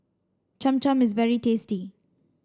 Cham Cham is very tasty